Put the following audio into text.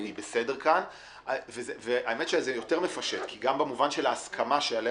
זה יותר מפשט כי גם במובן של ההסכמה שעליה